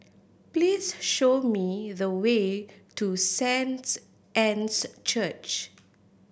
please show me the way to Saint Anne's Church